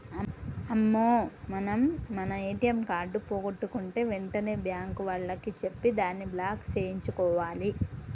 అమ్మో మనం మన ఏటీఎం కార్డు పోగొట్టుకుంటే వెంటనే బ్యాంకు వాళ్లకి చెప్పి దాన్ని బ్లాక్ సేయించుకోవాలి